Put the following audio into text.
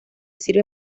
sirve